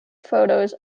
photos